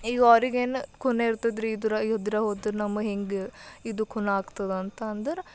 ಈಗ ಅವ್ರಿಗೇನು ಖುನೆ ಇರ್ತದ್ರೀ ಇದ್ರಗ ಇದ್ರಗ ಹೋದರ ನಮಗೆ ಹೆಂಗೆ ಇದು ಖುನ ಆಗ್ತದ ಅಂತ ಅಂದರೆ